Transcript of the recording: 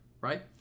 right